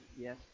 Yes